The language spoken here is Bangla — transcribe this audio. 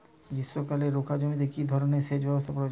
গ্রীষ্মকালে রুখা জমিতে কি ধরনের সেচ ব্যবস্থা প্রয়োজন?